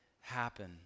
happen